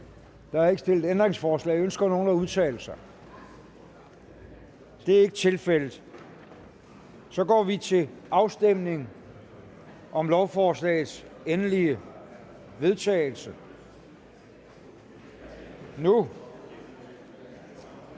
Der er ikke stillet ændringsforslag. Ønsker nogen at udtale sig? Det er ikke tilfældet, så går vi til afstemning. Kl. 10:00 Afstemning Formanden: